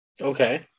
Okay